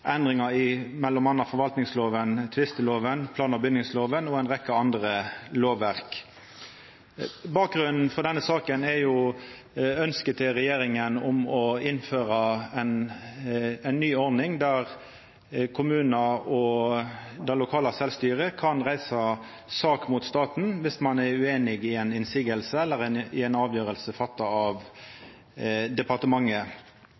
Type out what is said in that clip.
endringar i m.a. forvaltningslova, tvistelova, plan- og bygningslova og ei rekkje andre lovverk. Bakgrunnen for denne saka er ønsket til regjeringa om å innføra ei ny ordning der kommunar og det lokale sjølvstyret kan reisa sak mot staten dersom ein er ueinig i ei motsegn eller ei avgjerd fatta